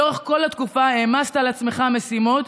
לאורך כל התקופה העמסת על עצמך משימות,